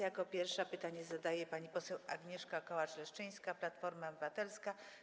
Jako pierwsza pytanie zadaje pani poseł Agnieszka Kołacz-Leszczyńska, Platforma Obywatelska.